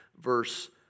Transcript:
Verse